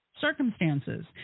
Circumstances